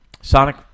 Sonic